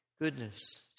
goodness